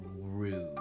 rude